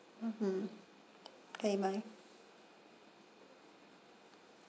hmm okay bye